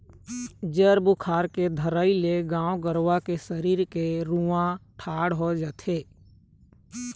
जर बुखार के धरई ले गाय गरुवा के सरीर के रूआँ ठाड़ हो जाथे